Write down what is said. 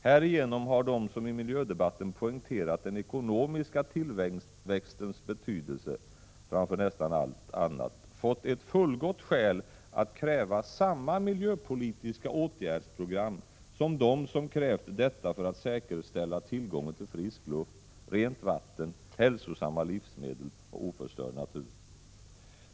Härigenom har de som i miljödebatten poängterat den ekonomiska tillväxtens betydelse framför nästan allt annat fått ett fullgott skäl att kräva samma miljöpolitiska åtgärdsprogram som de som krävt detta för att säkerställa tillgången till frisk luft, rent vatten, hälsosamma livsmedel och oförstörd natur.